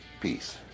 Peace